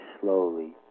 slowly